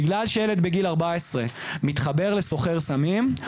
בגלל שילד בגיל 14 מתחבר לסוחר סמים,